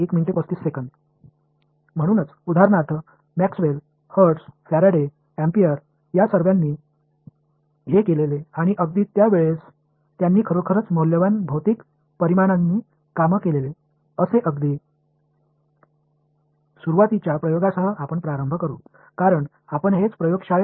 எனவே எடுத்துக்காட்டாக Maxwell Hertz Faraday Ampere Maxwell Hertz Faraday Ampere இவர்கள் அனைவரும் செய்திருக்கும் அந்த நேரத்தில் உண்மையான மதிப்புமிக்க பிஸிக்கல் குவான்டிடிஸ் பணிபுரிந்திருக்கும் என்று சொல்ல ஆரம்பிக்கும் சோதனைகள் உடன் ஆரம்பிப்போம் ஏனென்றால் அதை நீங்கள் ஒரு ஆய்வகத்தில் அளவிடுகிறீர்கள்